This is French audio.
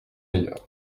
ailleurs